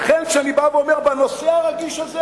לכן כשאני בא ואומר, בנושא הרגיש הזה